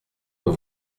d’un